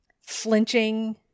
flinching